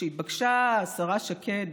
כשהתבקשה השרה שקד